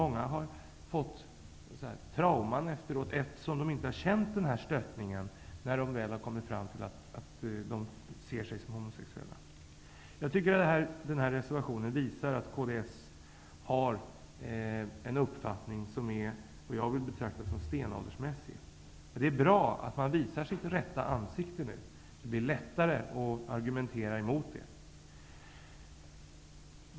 Många har fått trauman efteråt, eftersom de inte har känt den här stöttningen när de väl kommit fram till att de ser sig själva som homosexuella. Jag tycker alltså att den här reservationen visar att Kds har en uppfattning som jag betraktar som stenåldersmässig. Men det är bra att man nu visar sitt rätta ansikte. Det blir då lättare att argumentera emot.